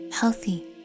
healthy